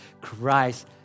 Christ